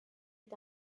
est